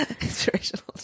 Inspirational